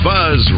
Buzz